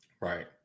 right